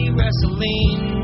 Wrestling